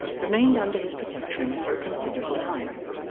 remained under his protection for a considerable time,